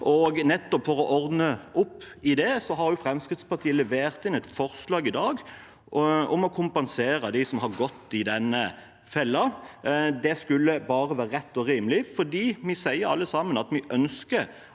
gå an. For å ordne opp i det har Fremskrittspartiet levert inn et forslag i dag om å kompensere de som har gått i den fellen. Det burde bare være rett og rimelig, for vi sier alle sammen at vi ønsker